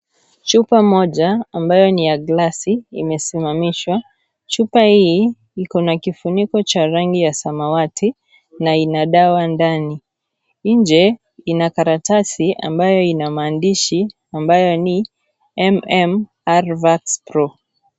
Chupa moja, ambayo ni ya glasi, imesimamishwa. Chupa hii, iko na kifuniko cha rangi ya samawati na ina dawa ndani. Nje, ina karatasi ambayo ina maandishi ambayo ni MMRVAX PRO.